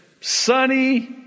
sunny